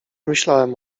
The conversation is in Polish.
myślałem